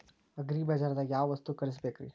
ಅಗ್ರಿಬಜಾರ್ದಾಗ್ ಯಾವ ವಸ್ತು ಖರೇದಿಸಬೇಕ್ರಿ?